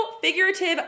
figurative